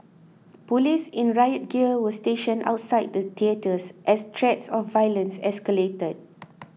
police in riot gear were stationed outside the theatres as threats of violence escalated